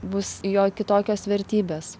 bus jo kitokios vertybės